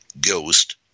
Ghost